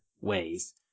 ways